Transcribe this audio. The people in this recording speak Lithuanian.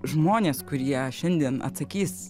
žmonės kurie šiandien atsakys